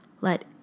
let